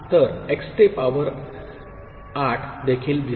तर x ते power 8 देखील दिसेल